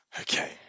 Okay